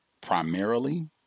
primarily